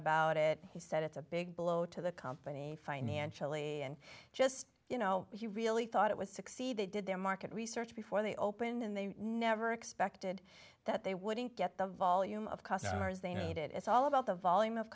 about it he said it's a big blow to the company financially and just you know he really thought it was succeed they did their market research before they opened and they never expected that they wouldn't get the volume of customers they needed it's all about the volume of